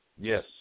Yes